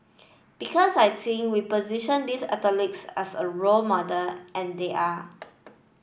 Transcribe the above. because I think we position these athletes as a role model and they are